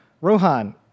Rohan